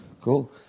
Cool